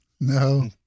No